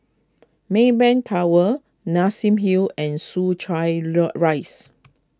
Maybank Tower Nassim Hill and Soo Chai Rise